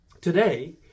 Today